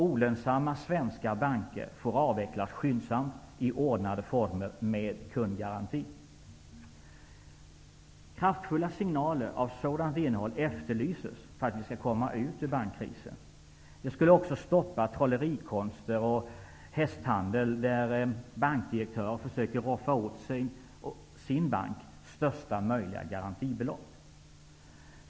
Olönsamma svenska banker får skyndsamt avvecklas i ordnade former med kundgaranti. Kraftfulla signaler av sådant innehåll efterlyses för att vi skall komma ut ur bankkrisen. Detta skulle också stoppa ''trollerikonster'' och ''hästhandel'' där bankdirektörer försöker ''roffa åt'' sin bank största möjliga garantibelopp.